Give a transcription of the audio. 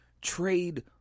trade